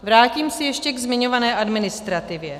Vrátím se ještě ke zmiňované administrativě.